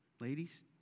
Ladies